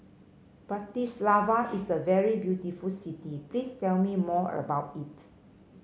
Bratislava is a very beautiful city please tell me more about it